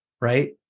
Right